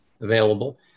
available